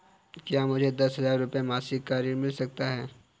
क्या मुझे दस हजार रुपये मासिक का ऋण मिल सकता है?